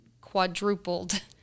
quadrupled